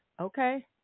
Okay